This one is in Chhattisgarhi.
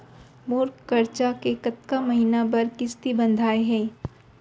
मोर करजा के कतका महीना बर किस्ती बंधाये हे?